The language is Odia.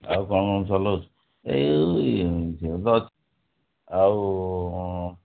ଆଉ କ'ଣ ଏଇ ଆଉ